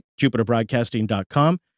jupiterbroadcasting.com